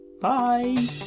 bye